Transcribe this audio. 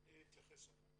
אני אתייחס אחר כך.